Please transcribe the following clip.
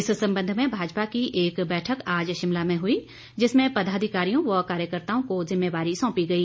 इस संबंध में भाजपा की एक बैठक आज शिमला में हुई जिसमें पदाधिकारियों व कार्यकर्ताओं को जिम्मेवारी सौंपी गई